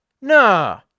Nah